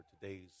today's